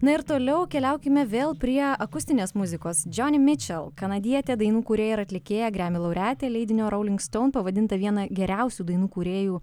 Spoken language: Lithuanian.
na ir toliau keliaukime vėl prie akustinės muzikos džoni mičel kanadietė dainų kūrėja ir atlikėja gremi laureatė leidinio rouling stoun pavadinta viena geriausių dainų kūrėjų